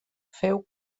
féu